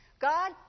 God